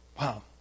Wow